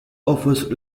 offers